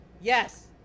Yes